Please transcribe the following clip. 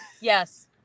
Yes